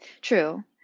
True